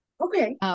Okay